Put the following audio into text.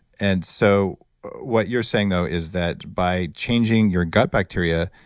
and so what you're saying though is that by changing your gut bacteria,